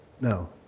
No